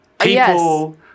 people